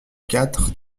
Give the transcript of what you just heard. quatre